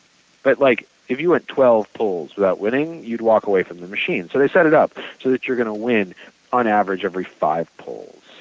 but like if you went twelve pulls without winning you'd walk away from the machine. so, they set it up so that you're going to win on average every five pulls.